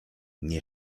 nie